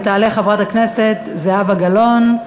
תעלה חברת הכנסת זהבה גלאון,